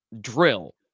drill